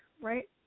right